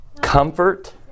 Comfort